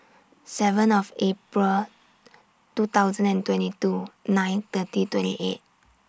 seven of April two thousand and twenty two nine thirty twenty eight